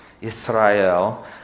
Israel